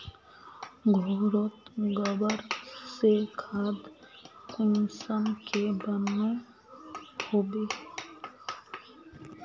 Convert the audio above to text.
घोरोत गबर से खाद कुंसम के बनो होबे?